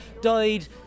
died